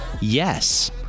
yes